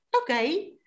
okay